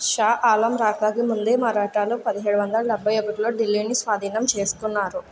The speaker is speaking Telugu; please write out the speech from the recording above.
షా ఆలం రాకకి ముందే మరాఠాలు పదిహేడు వందల డెబ్భై ఒకటిలో ఢిల్లీని స్వాధీనం చేసుకున్నారు